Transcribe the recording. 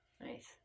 Nice